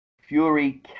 Fury